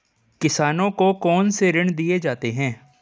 किसानों को कौन से ऋण दिए जाते हैं?